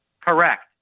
Correct